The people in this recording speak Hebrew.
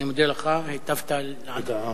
אני מודה לך, היטבת לענות.